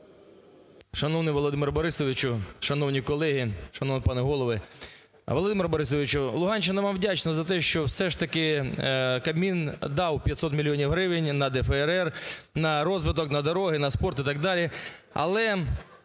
Шановний Володимире Борисовичу, шановні колеги, шановні пани голови! Володимир Борисович, Луганщина вам вдячна за те, що все ж таки Кабмін дав 500 мільйонів гривень на ДФРР, на розвиток, на дороги, на спорт і так далі.